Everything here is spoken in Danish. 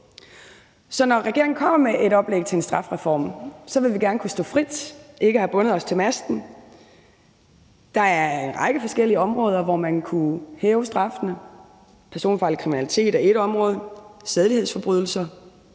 når regeringen kommer med et oplæg til en strafreform, vil vi gerne kunne stå frit og ikke have bundet os til masten. Der er en række forskellige områder, hvor man kunne hæve straffene. Personfarlig kriminalitet er ét område. Der er sædelighedsforbrydelser,